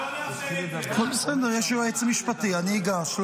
--- הכול בסדר, יש יועץ משפטי, אני אגש.